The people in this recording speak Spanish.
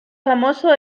famoso